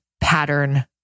pattern